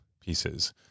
pieces